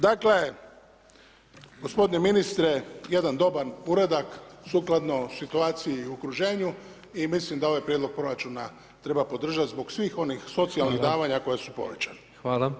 Dakle, gospodine ministre jedan dobar uradak, sukladno situaciju u okruženju i mislim da ovaj prijedlog proračuna treba podržati zbog svih onih socijalnih davanja koja su povećana.